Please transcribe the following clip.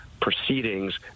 proceedings